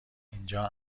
اینجا